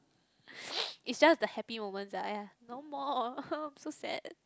is just the happy moments lah !aiya! no more I'm so sad